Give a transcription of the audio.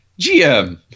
GM